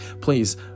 please